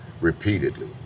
repeatedly